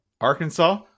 Arkansas